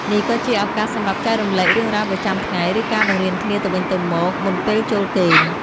នេះក៏ជាឱកាសសម្រាប់ចែករំលែករឿងរ៉ាវប្រចាំថ្ងៃ ឬការបង្រៀនគ្នាទៅវិញទៅមកមុនពេលចូលគេង។